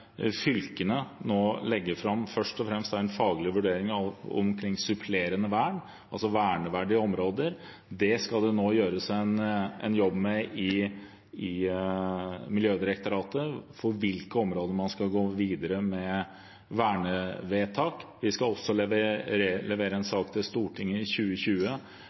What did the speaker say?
fylkene nå legger fram først og fremst en faglig vurdering omkring supplerende vern, altså verneverdige områder. Det skal det nå gjøres en jobb med i Miljødirektoratet – for hvilke områder man skal gå videre med vernevedtak. Vi skal også levere en sak til Stortinget i 2020